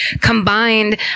combined